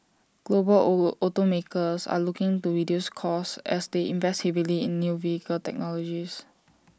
global automakers are looking to reduce costs as they invest heavily in new vehicle technologies